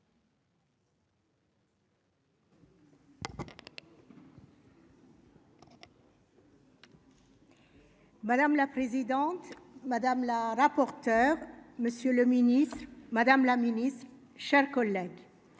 Madame la présidente, madame la rapporteure, monsieur le Ministre, Madame la Ministre, chers collègues,